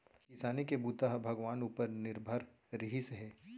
किसानी के बूता ह भगवान उपर निरभर रिहिस हे